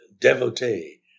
devotee